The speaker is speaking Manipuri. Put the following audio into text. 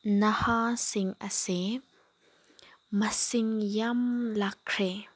ꯅꯍꯥꯁꯤꯡ ꯑꯁꯤ ꯃꯁꯤꯡ ꯌꯥꯝ ꯂꯥꯛꯈ꯭ꯔꯦ